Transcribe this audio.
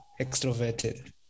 extroverted